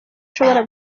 ushobora